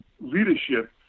leadership